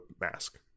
mask